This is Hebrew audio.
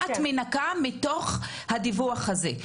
מה את מנכה מתוך הדיווח הזה?